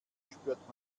spürt